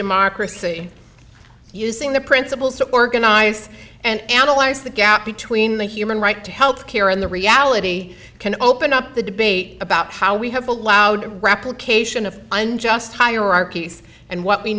democracy using the principles to organize and analyze the gap between the human right to health care and the reality can open up the debate about how we have allowed replication of unjust hierarchies and what we